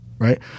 Right